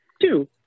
Two